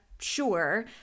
sure